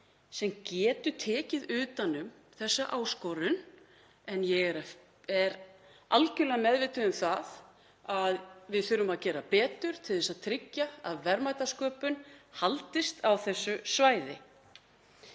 sem getur tekið utan um þessa áskorun. En ég er algerlega meðvituð um það að við þurfum að gera betur til að tryggja að verðmætasköpun haldist á þessu svæði.